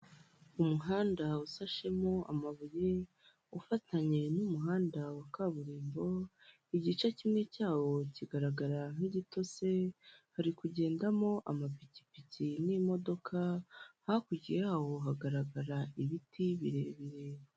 Umuhanda usashemo amabuye, ufatanye n'umuhanda wa kaburimbo, igice kimwe cyawo kigaragara nk'igitose, hari kugendamo amapikipiki n'imodoka, hakurya yaho hagaragara ibiti birebire.